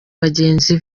bagenzi